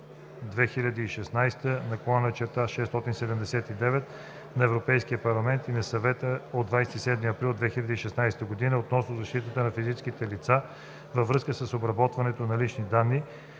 (ЕС) 2016/679 на Европейския парламент и на Съвета от 27 април 2016 година относно защитата на физическите лица във връзка с обработването на лични данни